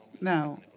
Now